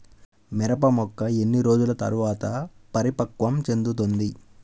మిరప మొక్క ఎన్ని రోజుల తర్వాత పరిపక్వం చెందుతుంది?